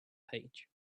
page